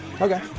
Okay